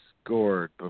scored